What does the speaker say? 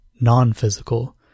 non-physical